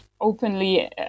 openly